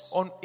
on